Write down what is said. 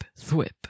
thwip